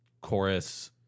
chorus